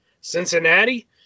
Cincinnati